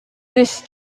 this